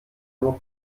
nur